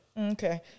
Okay